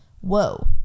whoa